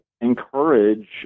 encourage